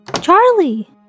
Charlie